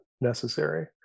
necessary